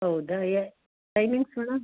ಹೌದಾ ಯ timings madam